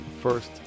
first